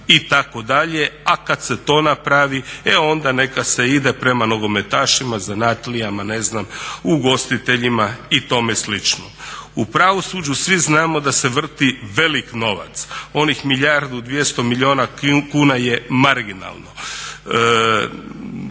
itd. A kad se to napravi e onda neka se ide prema nogometašima, zanatlijama, ne znam ugostiteljima i tome slično. U pravosuđu svi znamo da se vrti velik novac. Onih milijardu i 200 milijuna kuna je marginalno.